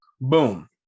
boom